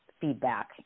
feedback